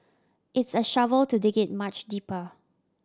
it's a shovel to dig it much deeper